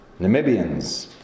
Namibians